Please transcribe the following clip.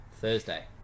Thursday